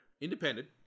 independent